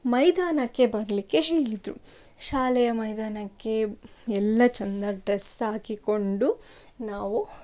ಮೈದಾನಕ್ಕೆ ಬರಲಿಕ್ಕೆ ಹೇಳಿದರು ಶಾಲೆಯ ಮೈದಾನಕ್ಕೆ ಎಲ್ಲಾ ಚೆನ್ನಾಗ್ ಡ್ರೆಸ್ ಹಾಕಿಕೊಂಡು ನಾವು